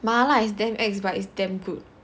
麻辣 is damn ex but it's damn good